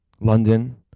London